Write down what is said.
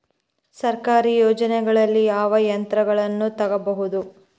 ಸರ್ಕಾರಿ ಯೋಜನೆಗಳಲ್ಲಿ ಯಾವ ಯಂತ್ರಗಳನ್ನ ತಗಬಹುದು?